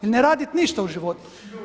Ili ne raditi ništa u životu?